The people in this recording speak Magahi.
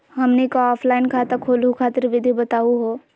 हमनी क ऑफलाइन खाता खोलहु खातिर विधि बताहु हो?